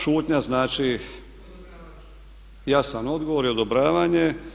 Šutnja znači ja sam odgovor i odobravanje.